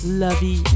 lovey